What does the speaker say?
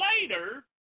later